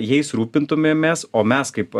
jais rūpintumėmės o mes kaip